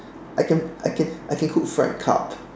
I can I can I can cook fried carp